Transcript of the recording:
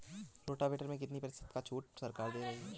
Rotavator में कितनी प्रतिशत का छूट सरकार दे रही है?